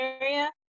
Area